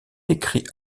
écrit